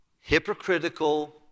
hypocritical